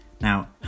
Now